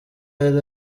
yari